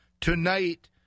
tonight